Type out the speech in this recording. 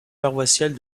paroissiale